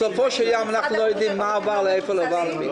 בסופו של דבר אנחנו לא יודעים מה עבר לאיפה ממי.